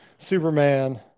Superman